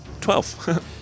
Twelve